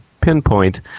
pinpoint